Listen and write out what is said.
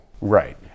Right